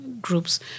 groups